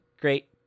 great